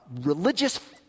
religious